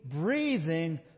breathing